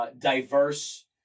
Diverse